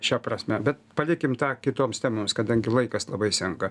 šia prasme bet palikim tą kitoms temoms kadangi laikas labai senka